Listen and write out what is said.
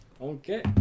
Okay